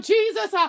Jesus